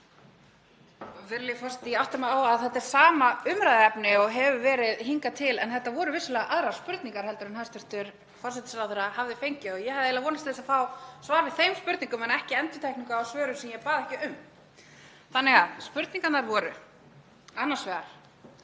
þetta er sama umræðuefni og hefur verið hingað til en þetta voru vissulega aðrar spurningar heldur en hæstv. forsætisráðherra hafði fengið og ég hafði eiginlega vonast til þess að fá svar við þeim spurningum en ekki endurtekningu á svörum sem ég bað ekki um. Spurningarnar eru annars vegar: